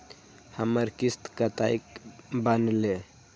हमर किस्त कतैक बनले?